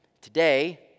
Today